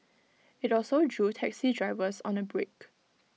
IT also drew taxi drivers on A break